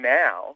now